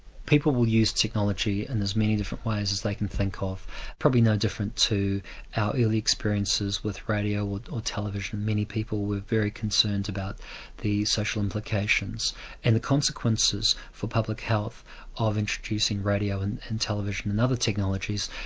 people will use technology in and as many different ways as they can think of probably no different to our early experiences with radio or television many people were very concerned about the social implications and the consequences for public health of introducing radio and and television and other technologies.